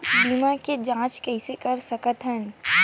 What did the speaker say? बीमा के जांच कइसे कर सकत हन?